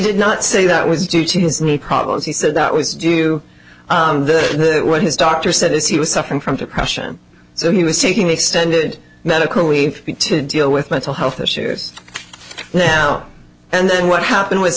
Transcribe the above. did not say that was due to his knee problems he said that was due to what his doctor said as he was suffering from depression so he was taking extended medical we need to deal with mental health issues now and then what happened w